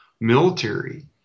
military